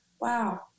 wow